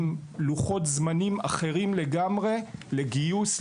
עם לוחות זמנים אחרים לגמרי לגיוס,